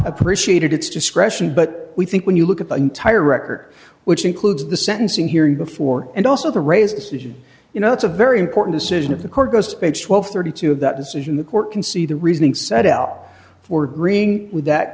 appreciated its discretion but we think when you look at the entire record which includes the sentencing hearing before and also to raise decision you know it's a very important decision of the court goes well thirty two of that decision the court can see the reasoning set out for